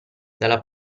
dalla